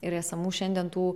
ir esamų šiandien tų